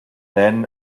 then